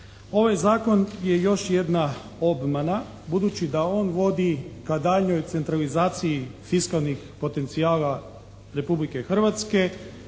Ovaj zakon je još jedna obmana budući da on vodi ka daljnjoj centralizaciji fiskalnih potencijala Republike Hrvatske